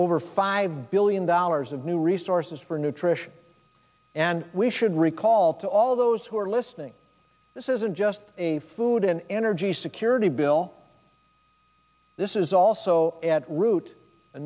over five billion dollars of new resources for nutrition and we should recall to all those who are listening this isn't just a food an energy security bill this is also at root